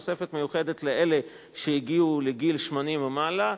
תוספת מיוחדת לאלה שהגיעו לגיל 80 ומעלה.